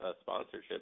sponsorship